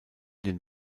den